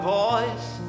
voice